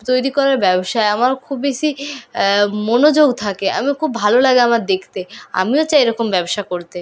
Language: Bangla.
তৈরি করার ব্যবসায় আমার খুব বেশি মনোযোগ থাকে আমি খুব ভালো লাগে আমার দেখতে আমিও চাই এরকম ব্যবসা করতে